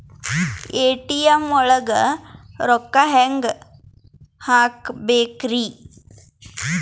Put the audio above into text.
ATM ಒಳಗ್ ರೊಕ್ಕ ಹೆಂಗ್ ಹ್ಹಾಕ್ಬೇಕ್ರಿ?